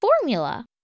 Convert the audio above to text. formula